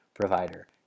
provider